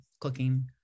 cooking